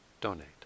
donate